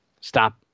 stop